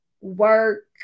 work